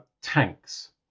tanks